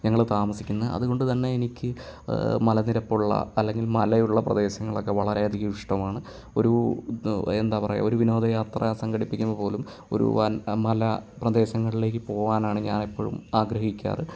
ഞങ്ങൾ താമസിക്കുന്നത് അതുകൊണ്ടുതന്നെ എനിക്ക് മലനിരപ്പുള്ള അല്ലെങ്കിൽ മലയുള്ള പ്രദേശങ്ങളൊക്കെ വളരെയധികം ഇഷ്ടമാണ് ഒരു എന്താ പറയുക ഒരു വിനോദയാത്ര സംഘടിപ്പിക്കുമ്പോൾ പോലും ഒരു വൻ മല പ്രദേശങ്ങളിലേക്ക് പോവാനാണ് ഞാൻ എപ്പോഴും ആഗ്രഹിക്കാറ്